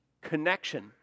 connection